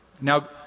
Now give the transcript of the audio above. Now